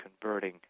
converting